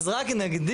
אז רק נגדיר,